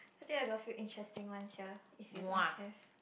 I think I got a few interesting ones here if you don't have